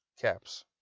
caps